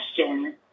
question